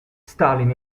stalin